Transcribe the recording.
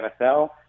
NFL